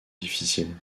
difficiles